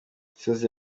gisozi